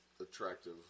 attractive